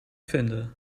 vinden